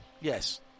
Yes